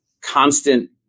constant